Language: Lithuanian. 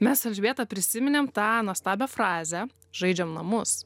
mes su elžbieta prisiminėm tą nuostabią frazę žaidžiam namus